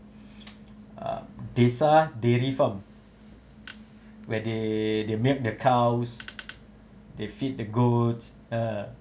ah desa dairy farm where they they milk the cows they feed the goats uh